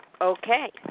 Okay